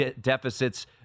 deficits